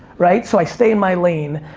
right, so i stay in my lane.